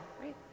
right